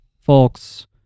folks